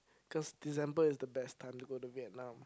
cause December is the best time to go to Vietnam